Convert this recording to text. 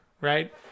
right